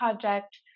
project